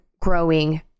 growing